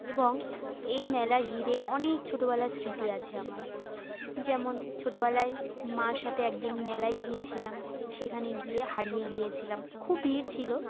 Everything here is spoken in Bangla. এবং এই মেলা ঘিরে অনেক ছোটোবেলার স্মৃতি আছে আমার যেমন ছোটোবেলায় মার সাথে একদিন মেলায় গিয়েছিলাম সেখানে গিয়ে হারিয়ে গিয়েছিলাম খুব ভিড় ছিলো